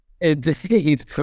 Indeed